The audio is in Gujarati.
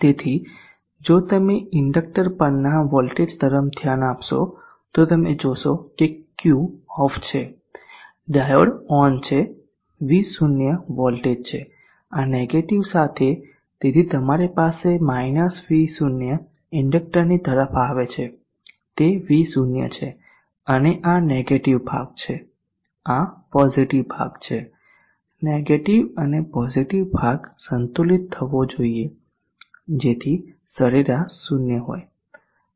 તેથી જો તમે ઇન્ડક્ટર પરના વોલ્ટેજ તરફ ધ્યાન આપશો તો તમે જોશો કે Q ઓફ છે ડાયોડ ઓન છે આ V0 વોલ્ટેજ છે આ નેગેટીવ સાથે તેથી તમારી પાસે V0 ઇન્ડક્ટરની તરફ આવે છે તે V0 છે અને આ નેગેટીવ ભાગ છે આ પોઝીટીવ ભાગ છે નેગેટીવ અને પોઝીટીવ ભાગ સંતુલિત થવો જોઈએ જેથી સરેરાશ 0 હોય